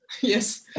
Yes